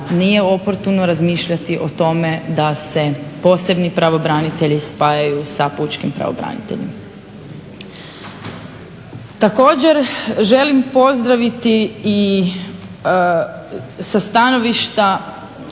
nije oportuno razmišljati o tome da se posebni pravobranitelji spajaju sa pučkim pravobraniteljem. Također želim pozdraviti i sa stanovišta